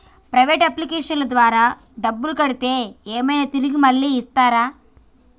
Private అప్లికేషన్ల ద్వారా డబ్బులు కడితే ఏమైనా తిరిగి మళ్ళీ ఇస్తరా?